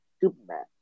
Superman